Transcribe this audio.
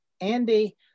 Andy